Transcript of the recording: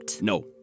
No